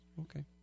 Okay